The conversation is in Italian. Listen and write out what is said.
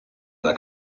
alla